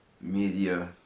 media